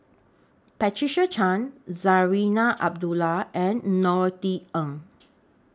Patricia Chan Zarinah Abdullah and Norothy Ng